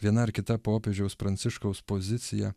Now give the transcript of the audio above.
viena ar kita popiežiaus pranciškaus pozicija